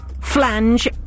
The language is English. Flange